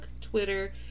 Twitter